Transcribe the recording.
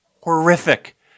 horrific